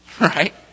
Right